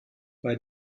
bei